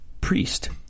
Priest